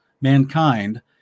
mankind